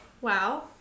Wow